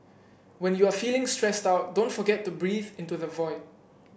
when you are feeling stressed out don't forget to breathe into the void